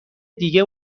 دیگه